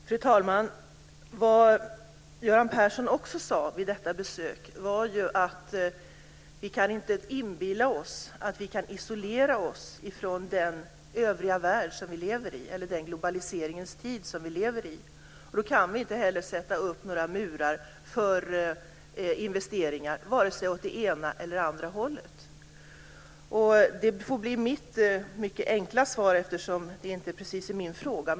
Fru talman! Göran Persson sade vid detta besök också att vi inte kan inbilla oss att vi kan isolera oss från övriga världen i den globaliseringens tid som vi lever i. Vi kan inte sätta upp några murar för investeringar vare sig åt det ena eller andra hållet. Eftersom det inte precis är min fråga får detta bli mitt mycket enkla svar.